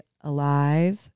alive